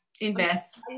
invest